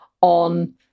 on